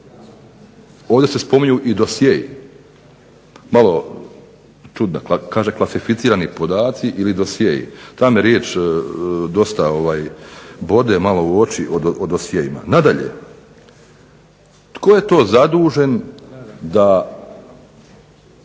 Ovdje se spominju i dosjei. Malo čudna, kaže klasificirani podaci ili dosjei. Ta me riječ dosta bode malo u oči o dosjeima. Nadalje, tko je to zadužen da